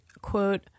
quote